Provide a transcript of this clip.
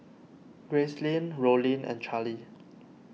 Gracelyn Rollin and Charlee